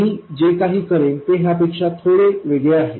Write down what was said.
मी जे काही करेन ते ह्यापेक्षा थोडे वेगळे आहे